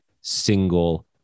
single